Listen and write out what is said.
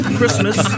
Christmas